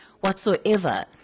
whatsoever